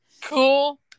cool